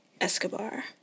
Escobar